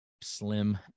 Slim